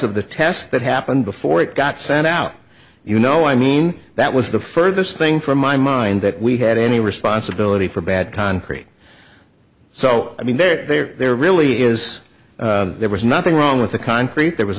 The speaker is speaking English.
of the test that happened before it got sent out you know i mean that was the furthest thing from my mind that we had any responsibility for bad concrete so i mean there really is there was nothing wrong with the concrete there was